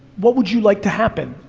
what would you like to happen?